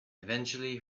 eventually